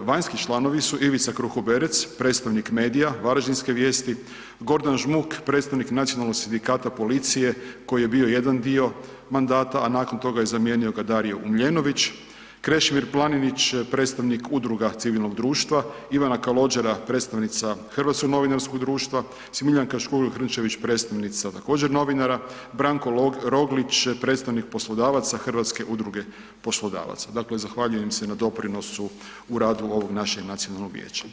vanjski članovi su Ivica Kruhoberec, predstojnik medija Varaždinske vijesti, Gordan Žmuk, predstavnik Nacionalnog sindikata policije koji je bio jedan dio mandata a nakon toga zamijenio ga Dario Umljenović, Krešimir Planinić, predstavnik Udruga civilnog društva, Ivana Kalogjera, predstavnica Hrvatskog novinarskog društva, Smiljana Škugor Hrnčević, predstavnica također novinara, Branko Roglić, predstavnik poslodavaca Hrvatske udruge poslodavaca, dakle zahvaljujem im se na doprinosu u radu ovog našeg nacionalnog vijeća.